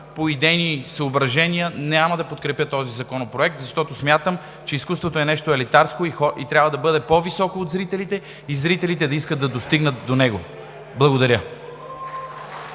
по идейни съображения няма да подкрепя този законопроект, защото смятам, че изкуството е нещо елитарско, трябва да бъде по-високо от зрителите и зрителите да искат да достигнат до него. Благодаря.